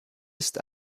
ist